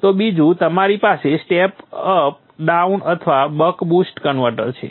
તો બીજું તમારી પાસે સ્ટેપ અપ ડાઉન અથવા બક બુસ્ટ કન્વર્ટર છે